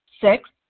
Six